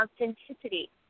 Authenticity